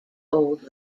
old